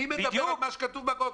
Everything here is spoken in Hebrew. אני מדבר על מה שכתוב בחוק.